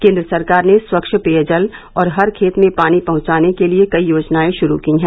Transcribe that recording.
केन्द्र सरकार ने स्वच्छ पेयजल और हर खेत में पानी पहुंचाने के लिये कई योजनाएं शुरू की है